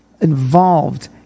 involved